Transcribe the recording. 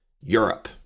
Europe